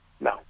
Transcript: No